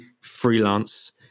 freelance